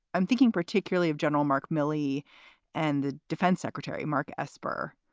i'm thinking particularly of general mark milley and the defense secretary, mark esper,